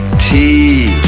t,